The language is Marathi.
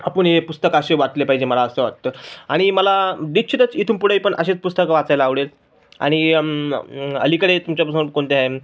आपण हे पुस्तक असे वाचले पाहिजे मला असं वाटतं आणि मला निश्चितच इथून पुढे पण असेच पुस्तकं वाचायला आवडेल आणि अलीकडे तुमच्यापासून कोणत्या आहे